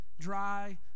dry